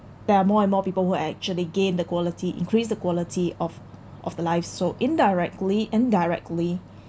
there are more and more people who actually gain the quality increase the quality of of life so indirectly and directly